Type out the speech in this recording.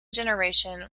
generation